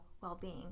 well-being